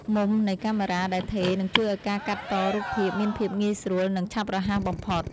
មុំនៃកាមេរ៉ាដែលថេរនឹងជួយឱ្យការកាត់តរូបភាពមានភាពងាយស្រួល និង ឆាប់រហ័សបំផុត។